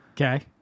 Okay